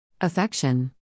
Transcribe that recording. Affection